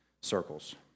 circles